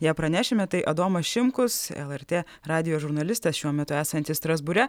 ją pranešime tai adomas šimkus lrt radijo žurnalistas šiuo metu esantis strasbūre